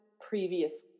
previous